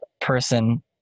person